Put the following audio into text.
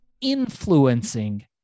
influencing